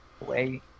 away